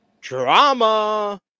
Drama